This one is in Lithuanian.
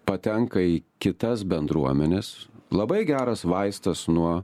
patenka į kitas bendruomenes labai geras vaistas nuo